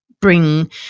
bring